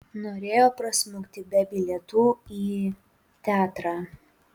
norėjo prasmukti be bilietų į teatrą